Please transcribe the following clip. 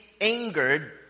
angered